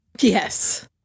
Yes